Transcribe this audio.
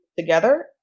Together